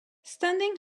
standing